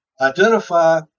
identify